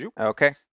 okay